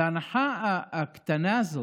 את ההנחה הקטנה הזאת,